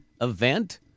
event